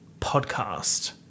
podcast